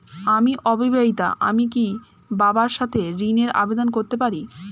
আমি অবিবাহিতা আমি কি বাবার সাথে ঋণের আবেদন করতে পারি?